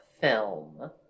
film